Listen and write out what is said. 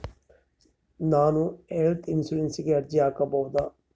ನಾನು ಹೆಲ್ತ್ ಇನ್ಶೂರೆನ್ಸಿಗೆ ಅರ್ಜಿ ಹಾಕಬಹುದಾ?